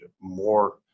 more